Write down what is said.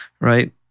right